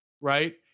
Right